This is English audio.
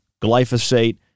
glyphosate